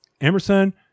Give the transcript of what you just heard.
Emerson